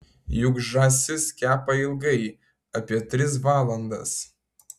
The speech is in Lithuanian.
juk žąsis kepa ilgai apie tris valandas